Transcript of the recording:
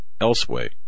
elsewhere